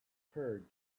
occurred